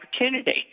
opportunity